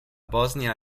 bosnia